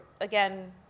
again